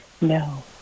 No